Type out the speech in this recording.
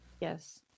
Yes